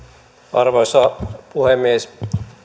arvoisa puhemies